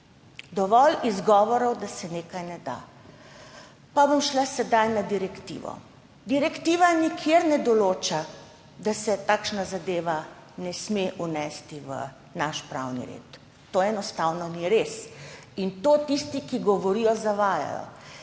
dovolj izgovorov, da se nekaj ne da. Pa bom šla sedaj na direktivo. Direktiva nikjer ne določa, da se takšna zadeva ne sme vnesti v naš pravni red. To enostavno ni res in tisti, ki to govorijo, zavajajo.